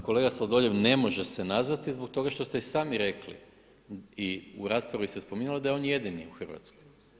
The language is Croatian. Pa kolega Sladoljev ne može se nazvati zbog toga što ste i sami rekli i u raspravi ste spominjali da je on jedini u Hrvatskoj.